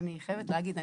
אני חייבת להגיד.